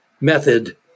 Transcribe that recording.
method